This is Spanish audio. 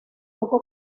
poco